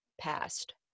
past